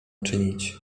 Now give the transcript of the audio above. czynić